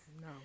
No